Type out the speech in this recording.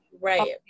right